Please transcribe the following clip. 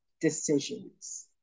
decisions